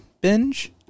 binge